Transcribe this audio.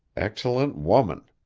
excellent woman!